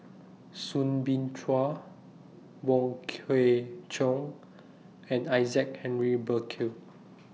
Soon Bin Chua Wong Kwei Cheong and Isaac Henry Burkill